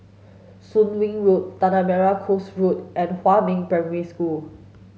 Soon Wing Road Tanah Merah Coast Road and Huamin Primary School